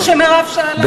שמרב שאלה עליו.